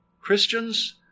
Christians